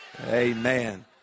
Amen